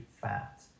fat